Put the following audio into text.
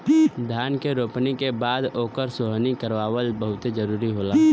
धान के रोपनी के बाद ओकर सोहनी करावल बहुते जरुरी होला